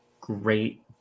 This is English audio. great